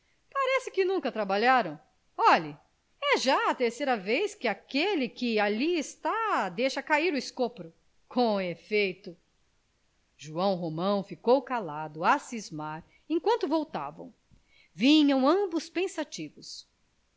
parece que nunca trabalharam olhe é já a terceira vez que aquele que ali está deixa cair o escopro com efeito joão romão ficou calado a cismar enquanto voltavam vinham ambos pensativos